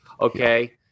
Okay